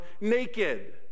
naked